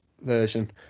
version